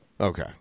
Okay